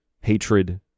hatred